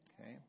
Okay